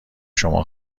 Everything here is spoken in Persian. شما